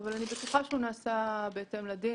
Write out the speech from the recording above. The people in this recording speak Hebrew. אבל אני מניחה שהוא נעשה בהתאם לדין.